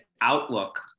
outlook